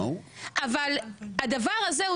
אבל הדבר הזה הוא